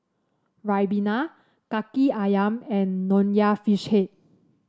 ribena kaki ayam and Nonya Fish Head